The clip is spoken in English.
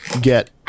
get